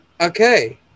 okay